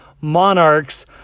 Monarchs